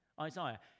Isaiah